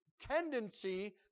tendency